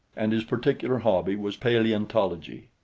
and his particular hobby was paleontology.